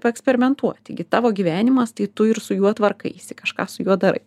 paeksperimentuoti gi tavo gyvenimas tai tu ir su juo tvarkaisi kažką su juo darai